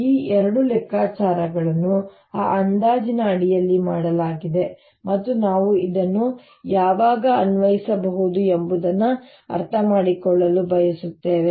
ಈ ಎರಡು ಲೆಕ್ಕಾಚಾರಗಳನ್ನು ಆ ಅಂದಾಜಿನ ಅಡಿಯಲ್ಲಿ ಮಾಡಲಾಗಿದೆ ಮತ್ತು ನಾವು ಇದನ್ನು ಯಾವಾಗ ಅನ್ವಯಿಸಬಹುದು ಎಂಬುದನ್ನು ಅರ್ಥಮಾಡಿಕೊಳ್ಳಲು ಬಯಸುತ್ತೇವೆ